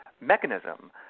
mechanism